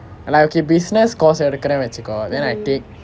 like okay business course எடுக்கிறேன் வைச்சுக்கோ:edukiren vaichukko then I take